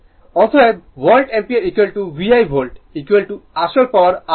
অতএব volt ampere VI volt আসল power R2 reactive power R2